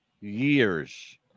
years